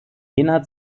jener